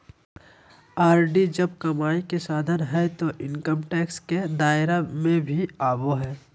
RD जब कमाई के साधन हइ तो इनकम टैक्स के दायरा में भी आवो हइ